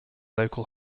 local